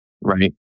right